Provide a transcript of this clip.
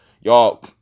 y'all